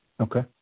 okay